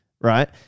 right